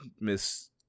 Miss